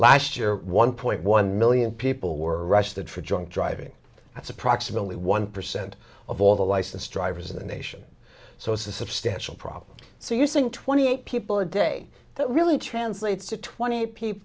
last year one point one million people were arrested for drunk driving that's approximately one percent of all the licensed drivers in the nation so it's a substantial problem so using twenty eight people a day that really translates to twenty people